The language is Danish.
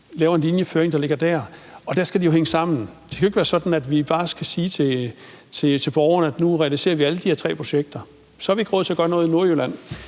laver en linjeføring, der ligger dér. Der skal det jo hænge sammen. Det skal jo ikke være sådan, at vi bare skal sige til borgerne, at nu realiserer vi alle de her tre projekter; så har vi ikke råd til at gøre noget i Nordjylland,